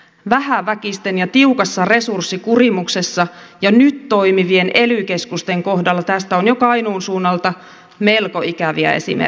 vähäväkisten ja tiukassa resurssikurimuksessa jo nyt toimivien ely keskusten kohdalla tästä on jo kainuun suunnalta melko ikäviä esimerkkejä